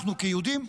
אנחנו כיהודים,